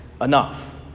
enough